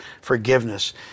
forgiveness